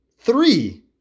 Three